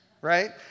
right